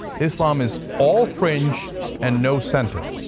islam is all fringe and no center.